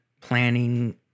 planning